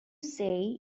say